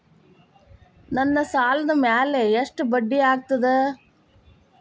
ನನ್ನ ಸಾಲದ್ ಮ್ಯಾಲೆ ಎಷ್ಟ ಬಡ್ಡಿ ಆಗ್ತದ?